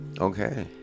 okay